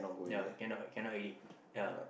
ya ya cannot cannot already